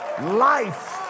life